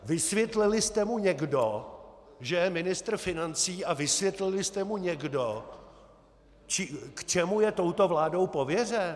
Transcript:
Vysvětlili jste mu někdo, že je ministr financí, a vysvětlili jste mu někdo, k čemu je touto vládou pověřen?